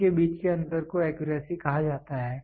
इनके बीच के अंतर को एक्यूरेसी कहा जाता है